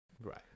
Right